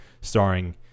starring